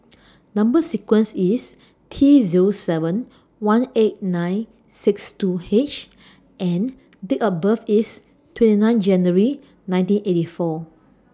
Number sequence IS T Zero seven one eight nine six two H and Date of birth IS twenty nine January nineteen eighty four